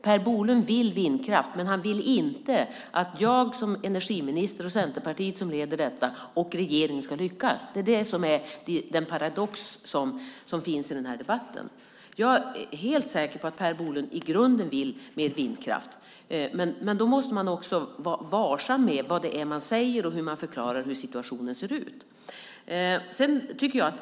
Per Bolund vill ha vindkraft, men han vill inte att jag som energiminister, Centerpartiet som leder detta och regeringen ska lyckas. Det är paradoxen i debatten. Jag är helt säker på att Per Bolund i grunden vill ha mer vindkraft. Men då måste han också vara varsam med vad det är han säger och hur han förklarar situationen.